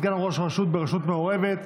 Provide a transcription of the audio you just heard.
סגן ראש רשות ברשות מעורבת),